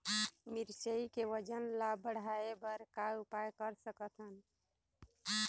मिरचई के वजन ला बढ़ाएं बर का उपाय कर सकथन?